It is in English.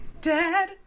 Dad